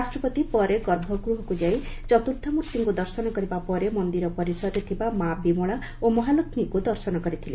ରାଷ୍ଟ୍ରପତି ପରେ ଗଭ୍ଭଗୃହକୁ ଯାଇ ଚତୁର୍କ୍ଷାମୂର୍ଭିଙ୍କୁ ଦର୍ଶନ କରିବା ପରେ ମନ୍ଦିର ପରିସରରେ ଥିବା ମା' ବିମଳା ଓ ମହାଲକ୍ଷୀଙ୍କୁ ଦର୍ଶନ କରିଥିଲେ